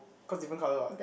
cause different colour what